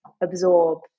absorb